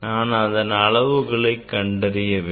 நான் அதன் அளவுகளை கண்டறிய வேண்டும்